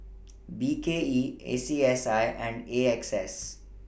B K E A C S I and A X S